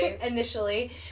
initially